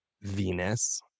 Venus